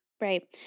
Right